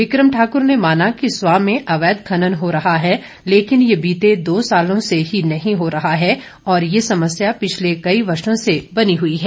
बिक्रम ठाकुर ने माना कि स्वां में अवैध खनन हो रहा है लेकिन ये बीते दो सालों से ही नहीं हो रहा है और ये समस्या पिछले कई वर्षों से बनी हुई है